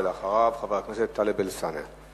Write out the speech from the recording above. אחריו, חבר הכנסת טלב אלסאנע.